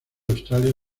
australia